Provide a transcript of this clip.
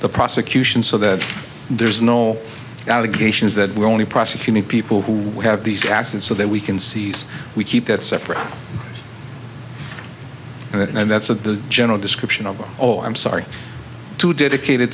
the prosecution so that there's no allegations that we're only prosecuting people who have these assets so that we can see we keep it separate and that's the general description of it all i'm sorry to dedicated